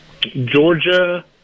Georgia